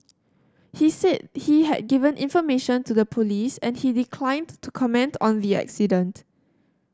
he said he had given information to the police and he declined to comment on the accident